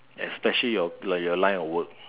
especially your like your line of work